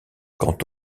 quant